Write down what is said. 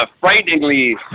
frighteningly